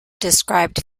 described